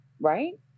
Right